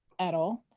at all.